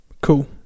cool